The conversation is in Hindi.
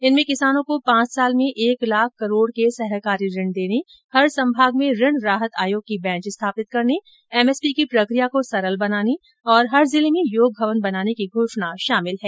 इनमें किसानों को पांच साल में एक लाख करोड़ के सहकारी ऋण देने हर संभाग में ऋण राहत आयोग की बैंच स्थापित करने एमएसपी की प्रक्रिया को सरल बनाने और हर जिले में योग भवन बनाने की घोषणा शामिल है